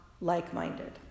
like-minded